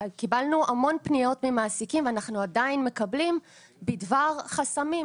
קיבלנו המון פניות ממעסיקים ואנחנו עדיין מקבלים בדבר חסמים.